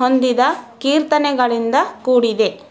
ಹೊಂದಿದ ಕೀರ್ತನೆಗಳಿಂದ ಕೂಡಿದೆ